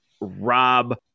Rob